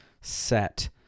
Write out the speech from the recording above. set